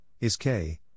ISK